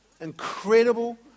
incredible